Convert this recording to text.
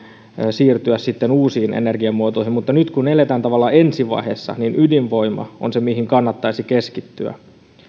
siirtyä uusiin energiamuotoihin mutta nyt kun eletään tavallaan ensivaiheessa niin ydinvoima on se mihin kannattaisi keskittyä